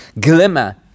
glimmer